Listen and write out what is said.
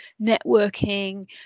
networking